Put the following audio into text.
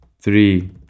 three